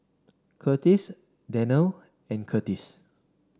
Kurtis Danelle and Kurtis